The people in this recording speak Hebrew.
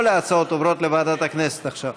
כל ההצעות עוברות לוועדת הכנסת עכשיו